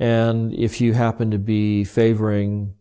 and if you happen to be favoring